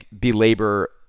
belabor